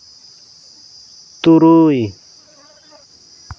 ᱛᱩᱨᱩᱭ